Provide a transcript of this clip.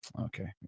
okay